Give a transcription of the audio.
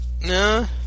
No